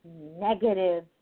negative